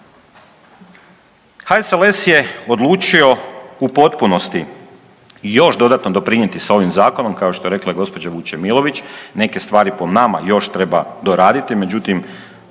HSLS je odlučio u potpunosti još dodatno doprinijeti sa ovim zakonom, kao što je rekla gospođa Vučemilović neke stvari po nama još treba doraditi, međutim